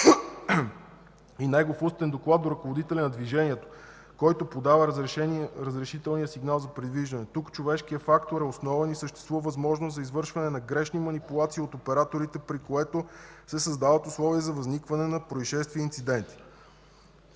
и негов устен доклад до ръководителя на движението, който подава разрешителния сигнал за придвижване. Тук човешкият фактор е основен и съществува възможност за извършване на грешна манипулация от операторите, при което се създават условия за възникване на произшествия и инциденти.